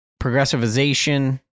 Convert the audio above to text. progressivization